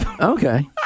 Okay